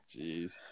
Jeez